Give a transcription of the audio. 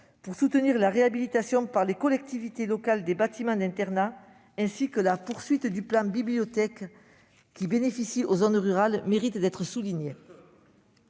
pour soutenir la réhabilitation par les collectivités locales des bâtiments d'internat ainsi que la poursuite du plan Bibliothèques, qui bénéficie aux zones rurales, méritent d'être soulignées.